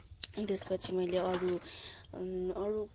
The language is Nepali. त्यसपछि मैले अरू अरू